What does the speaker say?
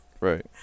Right